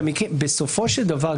חושב שבסופו של דבר,